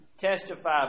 testify